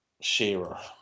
Shearer